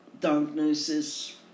diagnosis